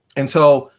and, so,